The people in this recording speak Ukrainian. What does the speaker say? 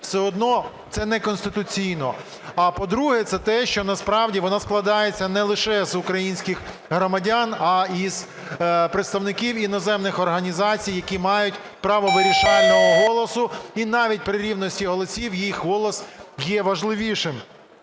все одно це неконституційно. А, по-друге, це те, що насправді воно складається не лише з українських громадян, а і з представників іноземних організацій, які мають право вирішального голосу. І навіть при рівності голосів їх голос є важливішим.